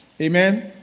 Amen